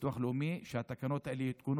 והביטוח הלאומי שהתקנות האלה יותקנו